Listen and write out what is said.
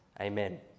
Amen